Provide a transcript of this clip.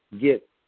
get